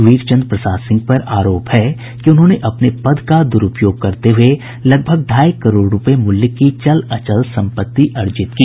वीरचंद प्रसाद सिंह पर आरोप है कि उन्होंने अपने पद का द्रूपयोग करते हये लगभग ढाई करोड़ रूपये की चल अचल संपत्ति अर्जित की